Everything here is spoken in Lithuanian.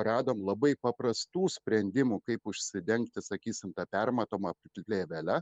radom labai paprastų sprendimų kaip užsidengti sakysim ta permatoma plėvele